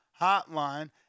hotline